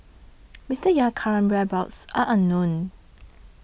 Mister Aye's current whereabouts are unknown